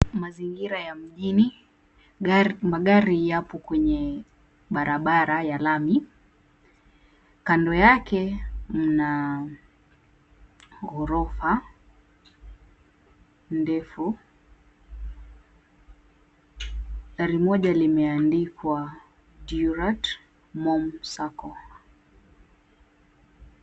Mazingira ya mjini magari yapo kwenye barabara ya lami. Kando yake mna ghorofa ndefu, gari moja limeandikwa, Durat Mom Sacco.